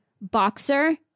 boxer